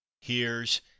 hears